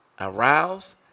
arouse